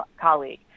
colleague